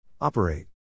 Operate